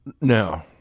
No